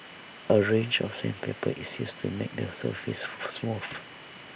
A range of sandpaper is used to make the surface smooth